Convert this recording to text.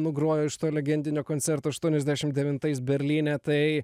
nugrojo iš to legendinio koncerto aštuoniasdešim devintais berlyne tai